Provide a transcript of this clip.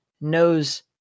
knows